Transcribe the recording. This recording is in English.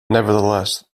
nevertheless